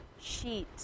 Sheet